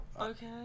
okay